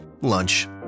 Lunch